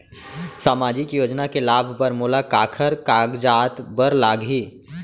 सामाजिक योजना के लाभ बर मोला काखर कागजात बर लागही?